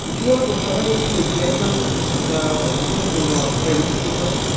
बिदिनो दस्रायावहाय बिदि मिथिनायफोर दस्रा स्कुलफोर दं नामा प्राइभेट स्कुलफोर